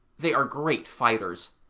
they are great fighters,